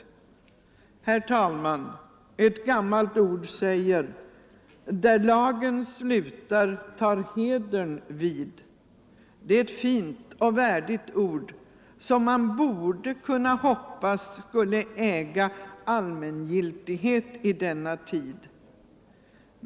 Herr talman! Ett gammalt ord säger: Där lagen slutar, tar hedern vid. Det är ett fint och värdigt ord, som man borde kunna hoppas skulle äga allmängiltighet i denna tid.